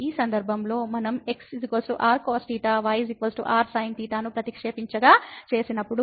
ఈ సందర్భంలో మనం x r cosθ y rsinθ ను ప్రతిక్షేపించగా చేసినప్పుడు